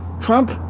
Trump